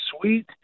sweet